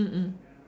mm mm